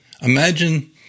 imagine